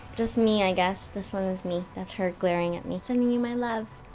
just me i guess this one is me, that's her glaring at me. sending you my love,